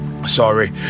Sorry